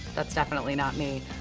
that's definitely not me.